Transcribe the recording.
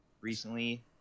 recently